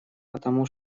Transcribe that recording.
потому